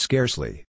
Scarcely